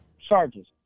charges